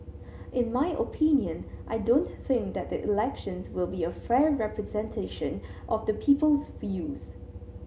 in my opinion I don't think that the elections will be a fair representation of the people's views